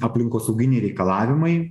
aplinkosauginiai reikalavimai